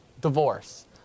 divorce